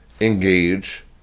engage